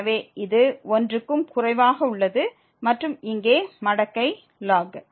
எனவே இது 1 க்கும் குறைவாக உள்ளது மற்றும் இங்கே மடக்கை ln